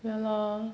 ya lor